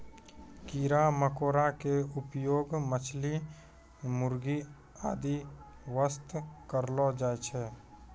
कीड़ा मकोड़ा के उपयोग मछली, मुर्गी आदि वास्तॅ करलो जाय छै